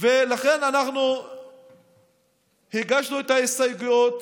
ולכן אנחנו הגשנו את ההסתייגויות